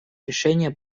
решения